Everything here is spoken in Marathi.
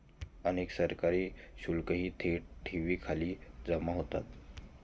अनेक सरकारी शुल्कही थेट ठेवींखाली जमा होतात